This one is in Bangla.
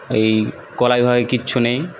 এই কলাবিভাগে কিচ্ছু নেই